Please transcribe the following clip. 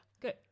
Good